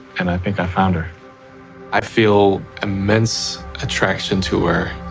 and i think i found her i feel immense attraction to her